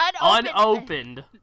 Unopened